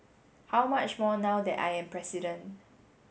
how much more now that I am president